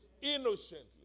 innocently